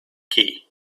key